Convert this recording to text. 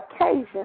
occasion